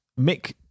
Mick